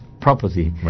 property